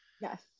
Yes